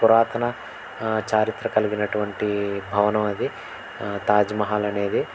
పురాతన చరిత్ర కలిగినటువంటి భవనం అది తాజ్మహల్ అనేది